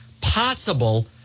possible